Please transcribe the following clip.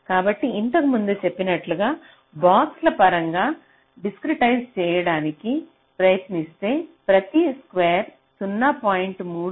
కాబట్టి ఇంతకుముందు చెప్పినట్లుగా బాక్స్ ల పరంగా డిస్క్రిటైజ్ చేయడానికి ప్రయత్నిస్తే ప్రతి స్క్వేర్ 0